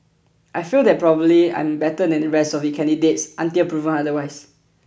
I feel that probably I am better than the rest of the candidates until proven otherwise